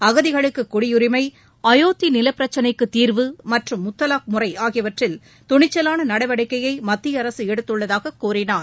அகதிகளுக்கு குடியுரிமை அயோத்திய நிலப்பிரச்சனைக்கு தீர்வு மற்றும் முத்தலாக் முறை ஆகியவற்றில் துணிச்சலான நடவடிக்கையை மத்திய அரசு எடுத்துள்ளதாக கூறினார்